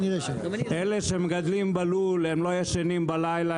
אלה שמגדלים בלול הם לא ישנים בלילה,